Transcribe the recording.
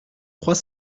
trois